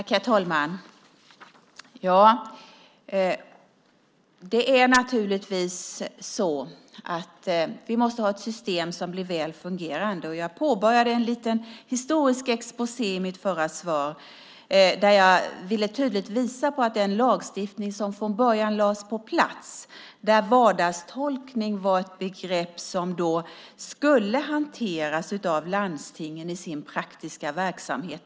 Herr talman! Vi måste naturligtvis ha ett system som blir väl fungerande. Jag påbörjade en liten historisk exposé i mitt förra inlägg där jag tydligt ville visa på den lagstiftning som från början lades på plats, där vardagstolkning var ett begrepp som då skulle hanteras av landstingen i deras praktiska verksamhet.